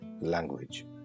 language